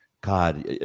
God